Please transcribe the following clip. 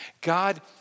God